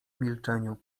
milczeniu